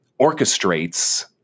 orchestrates